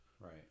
right